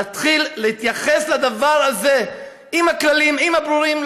להתחיל להתייחס לדבר הזה עם הכללים הברורים,